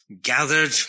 gathered